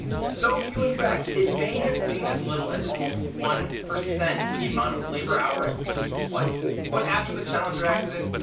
so few in fact, it may have seen as little as almost one percent the amount of labor hours between flights. but after the challenger accident,